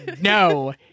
no